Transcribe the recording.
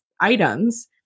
items